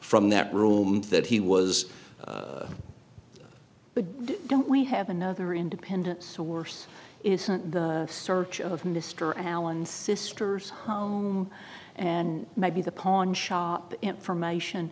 from that room that he was but don't we have another independent source isn't the search of mr allen sisters and maybe the pawn shop information